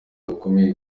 bukomeye